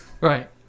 Right